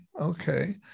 Okay